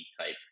type